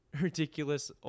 ridiculous